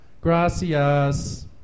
gracias